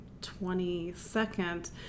22nd